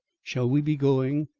shall we be going?